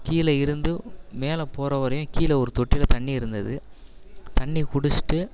கீழே இருந்து மேலே போகிற வரையும் கீழே ஒரு தொட்டியில் தண்ணி இருந்தது தண்ணி குடிச்சுட்டு